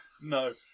no